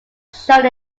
shown